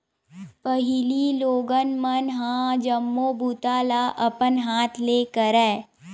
पहिली लोगन मन ह जम्मो बूता ल अपन हाथ ले करय